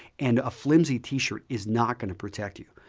and a flimsy t-shirt is not going to protect you.